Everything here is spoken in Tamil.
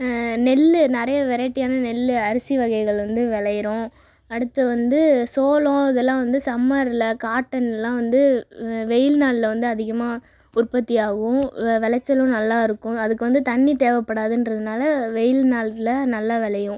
நெல்லு நிறைய வெரைட்டியான நெல்லு அரிசி வகைகள் வந்து விளைகிறோம் அடுத்து வந்து சோளம் இதெல்லாம் வந்து சம்மரில் காட்டனில் வந்து வெயில் நாளில் அதிகமாக உற்பத்தியாகும் விளைச்சலும் நல்லா இருக்கும் அதுக்கு தண்ணீ தேவைப்படாதுன்றதுனால வெயில் காலத்தில் நல்ல விளையும்